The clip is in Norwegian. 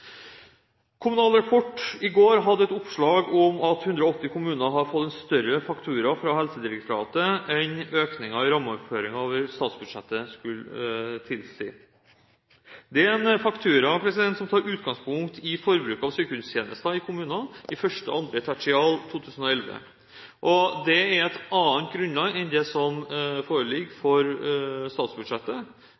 Kommunal Rapport hadde i går et oppslag om at 180 kommuner har fått en større faktura fra Helsedirektoratet enn økningen i rammeoverføringen over statsbudsjettet skulle tilsi. Det er en faktura som tar utgangspunkt i forbruket av sykehustjenester i kommunene i første og andre tertial 2011, og det er et annet grunnlag enn det som foreligger